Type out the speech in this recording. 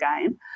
game